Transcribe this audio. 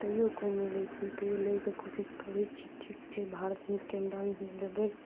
तैयो कोइ नहि लै छै तैयो लै के कोशिश करै छी ठीक छै भारत नृत्यम डान्समे लेबै